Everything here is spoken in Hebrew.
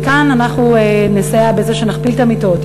וכאן אנחנו נסייע בזה שנכפיל את המיטות,